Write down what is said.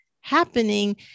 happening